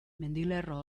mendilerro